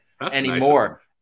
anymore